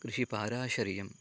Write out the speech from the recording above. कृषिपाराशर्यम्